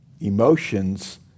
emotions